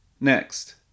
Next